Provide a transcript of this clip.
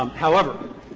um however,